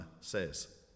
says